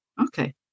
Okay